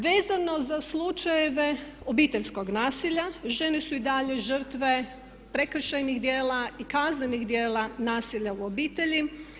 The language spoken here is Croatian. Vezano za slučajeve obiteljskog nasilja žene su i dalje žrtve prekršajnih djela i kaznenih djela nasilja u obitelji.